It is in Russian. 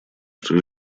что